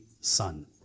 Son